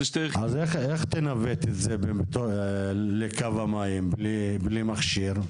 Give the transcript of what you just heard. אז איך תנווט את זה לקו המים בלי מכשיר?